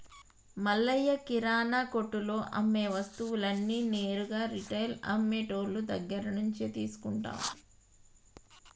మల్లయ్య కిరానా కొట్టులో అమ్మే వస్తువులన్నీ నేరుగా రిటైల్ అమ్మె టోళ్ళు దగ్గరినుంచే తీసుకుంటాం